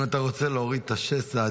אם אתה רוצה להוריד את השסע,